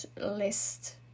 list